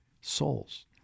souls